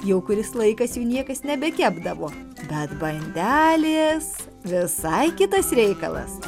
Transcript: jau kuris laikas jų niekas nebekepdavo bet bandelės visai kitas reikalas